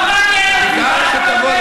לא מעניין אותי.